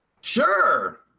sure